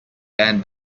than